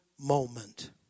moment